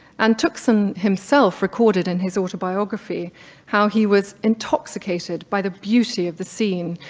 and tuxen himself recorded in his autobiography how he was intoxicated by the beauty of the scene.